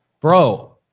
Bro